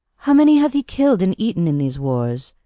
how many hath he killed and eaten in these wars?